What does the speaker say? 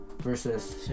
versus